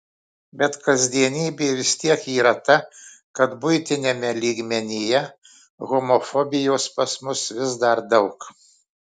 bet kasdienybė vis tiek yra ta kad buitiniame lygmenyje homofobijos pas mus vis dar daug